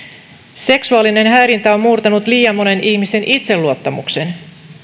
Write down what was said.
seksuaalinen häirintä on murtanut liian monen ihmisen itseluottamuksen